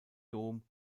dom